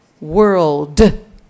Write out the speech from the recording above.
world